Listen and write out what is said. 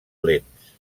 lents